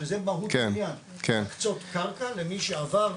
הרי זה מהות העניין, להקצות קרקע למי שעבר.